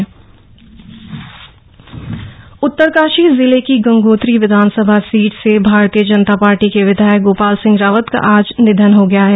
निधन उत्तरकाशी जिले की गंगोत्री विधानसभा सीट से भारतीय जनता पार्टी के विधायक गोपाल सिंह रावत का आज निधन हो गया है